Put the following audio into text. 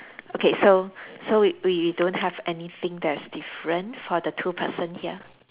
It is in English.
okay so so we we don't have anything that's different for the two person here